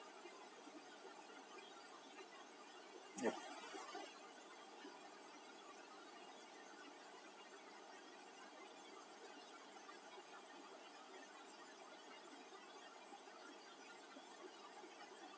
yup